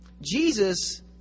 Jesus